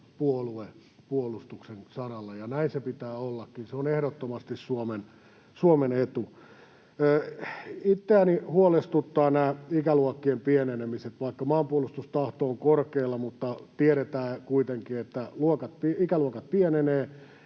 puolue puolustuksen saralla, ja näin sen pitää ollakin, se on ehdottomasti Suomen etu. Itseäni huolestuttavat nämä ikäluokkien pienenemiset. Vaikka maanpuolustustahto on korkealla, tiedetään kuitenkin, että ikäluokat pienenevät